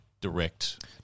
direct